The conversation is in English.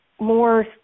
more